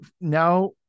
now